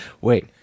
wait